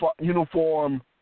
uniform